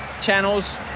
channels